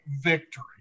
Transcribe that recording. victory